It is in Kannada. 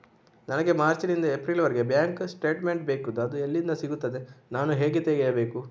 ನನಗೆ ಮಾರ್ಚ್ ನಿಂದ ಏಪ್ರಿಲ್ ವರೆಗೆ ಬ್ಯಾಂಕ್ ಸ್ಟೇಟ್ಮೆಂಟ್ ಬೇಕಿತ್ತು ಅದು ಎಲ್ಲಿಂದ ಸಿಗುತ್ತದೆ ನಾನು ಹೇಗೆ ತೆಗೆಯಬೇಕು?